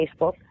Facebook